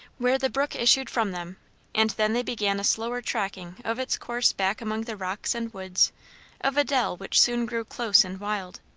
where the brook issued from them and then they began a slower tracking of its course back among the rocks and woods of a dell which soon grew close and wild.